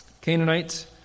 Canaanites